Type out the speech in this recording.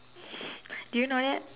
do you know that